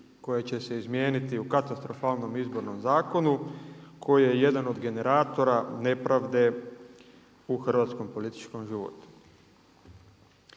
koje će se izmijeniti u katastrofalnom izbornom zakonu koji je jedan od generatora nepravde u hrvatskom političkom životu.